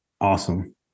Awesome